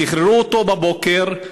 שחררו אותו בבוקר,